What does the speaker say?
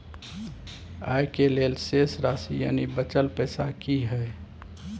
आय के लेल शेष राशि यानि बचल पैसा की हय?